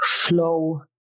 flow